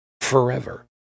forever